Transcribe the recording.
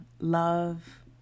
Love